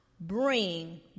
bring